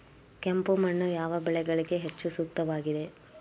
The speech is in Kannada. ಕೆಂಪು ಮಣ್ಣು ಯಾವ ಬೆಳೆಗಳಿಗೆ ಹೆಚ್ಚು ಸೂಕ್ತವಾಗಿದೆ?